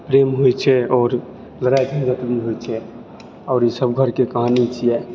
प्रेम होइ छै आओर लड़ाइ झन्झट भी होइ छै आओर ई सब घरके कहानी छिऐ